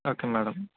okay madam